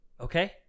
okay